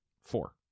Four